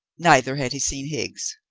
neither had he seen higgs.